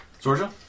Georgia